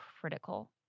critical